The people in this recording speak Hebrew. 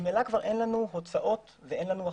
ממילא אין לנו הוצאות ואין לנו הכנסות.